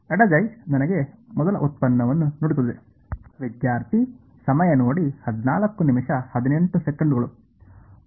ಎಡಗೈ ನನಗೆ ಮೊದಲ ಉತ್ಪನ್ನವನ್ನು ನೀಡುತ್ತದೆ